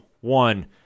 one